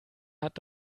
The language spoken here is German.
hat